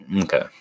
okay